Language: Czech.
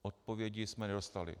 Odpovědi jsme nedostali.